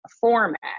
format